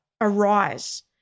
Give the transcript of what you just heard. arise